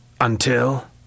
Until